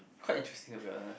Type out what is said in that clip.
quite interesting to be honest